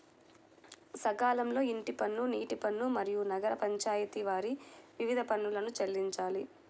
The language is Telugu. సకాలంలో ఇంటి పన్ను, నీటి పన్ను, మరియు నగర పంచాయితి వారి వివిధ పన్నులను చెల్లించాలి